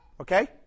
Okay